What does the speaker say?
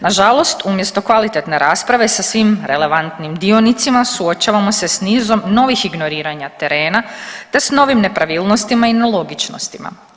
Nažalost umjesto kvalitetne rasprave sa svim relevantnim dionicima suočavao se s nizom novih ignoriranja terena te s novim nepravilnostima i nelogičnostima.